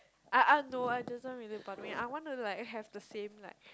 I I know I just want little bothering I want to like have the same like